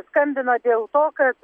skambino dėl to kad